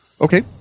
Okay